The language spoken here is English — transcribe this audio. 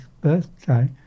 birthday